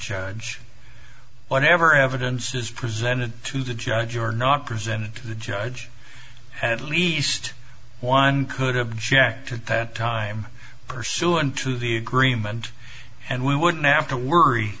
judge whatever evidence is presented to the judge or not presented to the judge at least one could object at that time pursuant to the agreement and we would have to worry